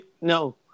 No